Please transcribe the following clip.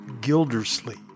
Gildersleeve